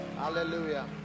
hallelujah